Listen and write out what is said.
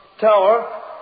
tower